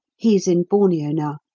he's in borneo now.